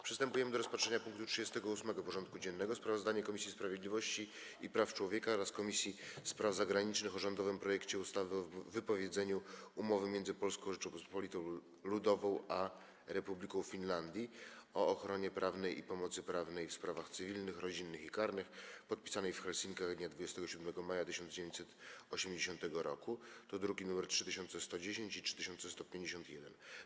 Przystępujemy do rozpatrzenia punktu 38. porządku dziennego: Sprawozdanie Komisji Sprawiedliwości i Praw Człowieka oraz Komisji Spraw Zagranicznych o rządowym projekcie ustawy o wypowiedzeniu Umowy między Polską Rzecząpospolitą Ludową a Republiką Finlandii o ochronie prawnej i pomocy prawnej w sprawach cywilnych, rodzinnych i karnych, podpisanej w Helsinkach dnia 27 maja 1980 r. (druki nr 3110 i 3151)